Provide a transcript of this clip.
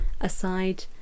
aside